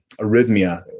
arrhythmia